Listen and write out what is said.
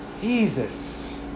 Jesus